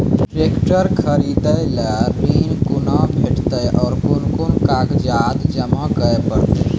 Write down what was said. Tractor खरीदै लेल ऋण कुना भेंटते और कुन कुन कागजात जमा करै परतै?